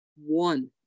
One